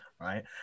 right